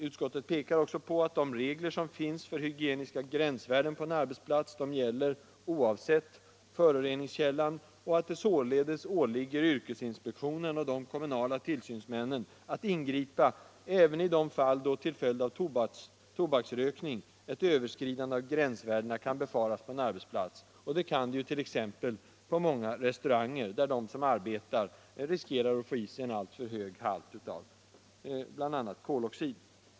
Utskottet pekar också på att ”de regler som finns för hygieniska gränsvärden på en arbetsplats gäller oavsett föroreningskällan och att det således åligger yrkesinspektionen och de kommunala tillsynsmännen att ingripa även i de fall då till följd av tobaksrökning ett överskridande av gränsvärdena kan befaras på en arbetsplats”. Och det kan det t.ex. på många restauranger, där de som arbetar riskerar att få i sig en alltför hög halt av bl.a. koloxid.